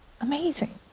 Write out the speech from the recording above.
amazing